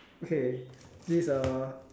okay this uh